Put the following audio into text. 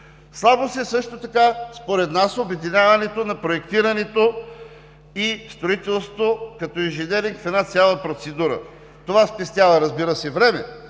Слабост е също така, според нас, обединяването на проектирането и строителството като инженеринг в една цяла процедура. Това спестява, разбира се, време,